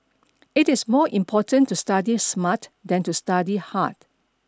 it is more important to study smart than to study hard